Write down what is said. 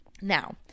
Now